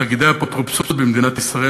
על תאגידי האפוטרופסות במדינת ישראל,